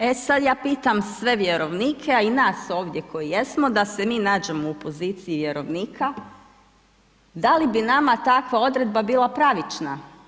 E sada ja pitam sve vjerovnike, a i nas ovdje koji jesmo da se mi nađemo u poziciji vjerovnika da li bi nama takva odredba bila pravična.